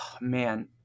man